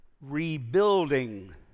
rebuilding